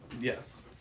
Yes